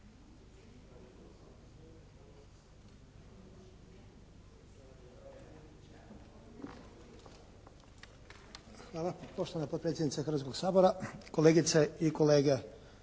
Hvala. Poštovana potpredsjednice Hrvatskoga sabora, kolegice i kolege.